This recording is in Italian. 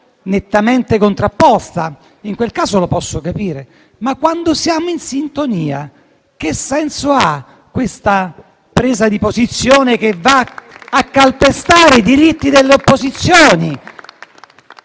nettamente contrapposta. In quel caso lo posso capire. Ma, quando siamo in sintonia, che senso ha una tale presa di posizione che va a calpestare i diritti delle opposizioni?